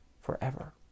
forever